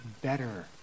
better